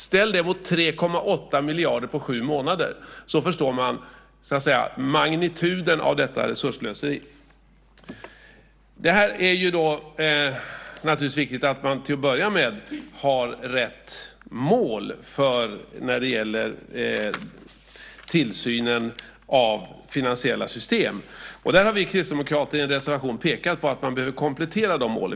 Ställ det mot 3,8 miljarder på sju månader! Då förstår man så att säga magnituden av detta resursslöseri. Det är naturligtvis viktigt att man till att börja med har rätt mål när det gäller tillsynen av finansiella system. Där har vi kristdemokrater i en reservation pekat på att man behöver komplettera dessa mål.